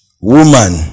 woman